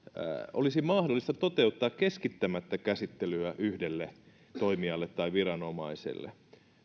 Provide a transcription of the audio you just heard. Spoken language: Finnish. olisi mahdollista toteuttaa keskittämättä käsittelyä yhdelle toimijalle tai viranomaiselle